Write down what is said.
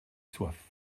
soif